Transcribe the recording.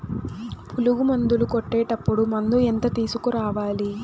పులుగు మందులు కొట్టేటప్పుడు మందు ఎంత తీసుకురావాలి?